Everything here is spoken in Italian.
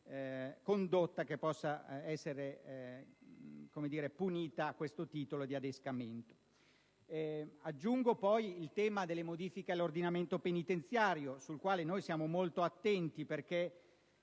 condotta che possa essere punita a titolo di adescamento. Aggiungo il tema delle modifiche all'ordinamento penitenziario, sul quale siamo molto attenti perché